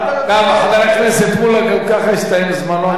גם חבר הכנסת מולה, גם כך הסתיים זמנו.